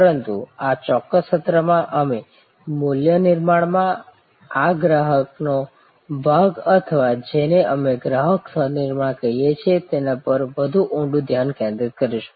પરંતુ આ ચોક્કસ સત્રમાં અમે મૂલ્ય નિર્માણમાં આ ગ્રાહકનો ભાગ અથવા જેને અમે ગ્રાહક સહ નિર્માણ કહીએ છીએ તેના પર વધુ ઊંડું ધ્યાન કેન્દ્રિત કરીશું